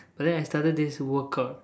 but then I started this workout